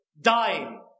dying